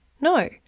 No